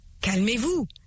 calmez-vous